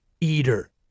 eater